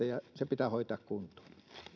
ja ne pitää hoitaa kuntoon